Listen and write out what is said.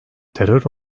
terör